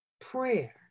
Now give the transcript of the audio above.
Prayer